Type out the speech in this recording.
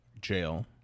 jail